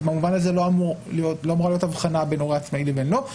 אז במובן הזה לא אמורה להיות אבחנה בין הורה עצמאי ובין אם לא.